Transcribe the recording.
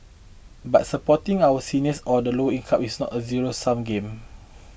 but supporting our seniors or the lower income is not a zero sum game